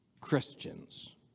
Christians